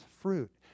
fruit